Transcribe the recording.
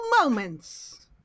moments